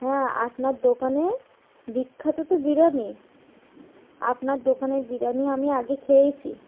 হ্যাঁ আপনার দোকানে বিখ্যাত তো বিরিয়ানি আপনার দোকানে বিরিয়ানি আমি আগে খেয়েছি